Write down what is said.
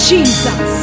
Jesus